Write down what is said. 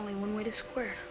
only one way to square